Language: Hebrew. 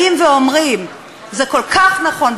באים ואומרים: זה כל כך נכון,